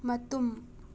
ꯃꯇꯨꯝ